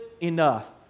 enough